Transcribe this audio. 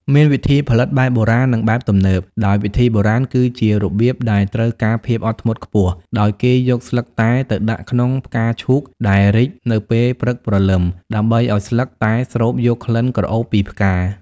មានវិធីផលិតបែបបុរាណ និងបែបទំនើប ដោយវិធីបុរាណគឺជារបៀបដែលត្រូវការភាពអត់ធ្មត់ខ្ពស់ ដោយគេយកស្លឹកតែទៅដាក់ក្នុងផ្កាឈូកដែលរីកនៅពេលព្រឹកព្រលឹម ដើម្បីឲ្យស្លឹកតែស្រូបយកក្លិនក្រអូបពីផ្កា។